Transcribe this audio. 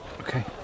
Okay